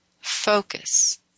focus